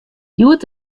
hjoed